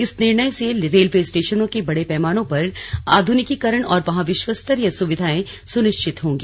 इस निर्णय से रेलवे स्टेशनों के बड़े पैमाने पर आधुनिकीकरण और वहां विश्वस्तरीय सुविधाएं सुनिश्चित होंगी